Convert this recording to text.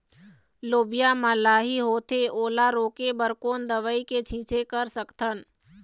लोबिया मा लाही होथे ओला रोके बर कोन दवई के छीचें कर सकथन?